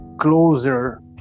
closer